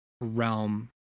realm